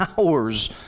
hours